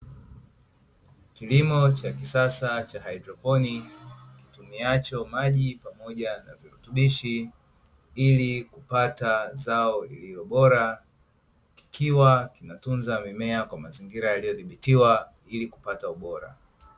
Kilimo cha kisasa cha haidroponi, kitumiacho maji pamoja na virutubishi ili kupata zao lililobora, kikiwa kinatunza mimea kwa mazingira yaliyodhibitiwa ili kupata ubora.